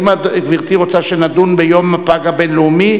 האם גברתי רוצה שנדון ביום הפג הבין-לאומי